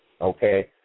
Okay